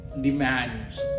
demands